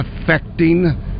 affecting